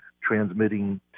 transmitting